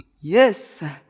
yes